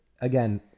again